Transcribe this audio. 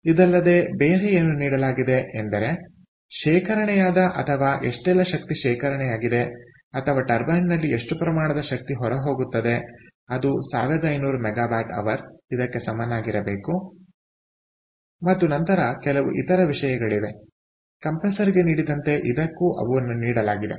ಇದಲ್ಲದೆ ಬೇರೆ ಏನು ನೀಡಲಾಗಿದೆ ಎಂದರೆ ಶೇಖರಣೆಯಾದ ಅಥವಾ ಎಷ್ಟೆಲ್ಲಾ ಶಕ್ತಿ ಶೇಖರಣೆಯಾಗಿದೆ ಅಥವಾ ಟರ್ಬೈನ್ನಲ್ಲಿ ಎಷ್ಟು ಪ್ರಮಾಣದ ಶಕ್ತಿ ಹೊರಹೋಗುತ್ತದೆ ಅದು 1500MWH ಇದಕ್ಕೆ ಸಮನಾಗಿರಬೇಕು ಮತ್ತು ನಂತರ ಕೆಲವು ಇತರ ವಿಷಯಗಳಿವೆ ಕಂಪ್ರೆಸರ್ಗೆ ನೀಡಿದಂತೆ ಇದಕ್ಕೂ ನೀಡಲಾಗಿದೆ